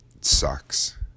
sucks